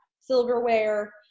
silverware